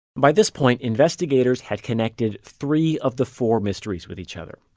by this point, investigators had connected three of the four mysteries with each other.